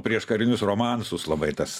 prieš karinius romansus labai tas